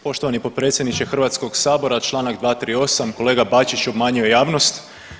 Poštovani potpredsjedniče Hrvatskog sabora članak 238. kolega Bačić obmanjuje javnost.